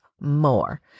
more